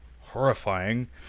horrifying